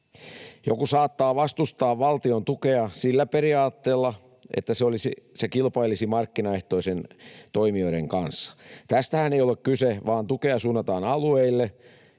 Joku saattaa vastustaa valtion tukea sillä periaatteella, että se kilpailisi markkinaehtoisten toimijoiden kanssa. Tästähän ei ole kyse, vaan tukea suunnataan alueille,